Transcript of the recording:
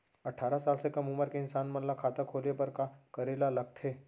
अट्ठारह साल से कम उमर के इंसान मन ला खाता खोले बर का करे ला लगथे?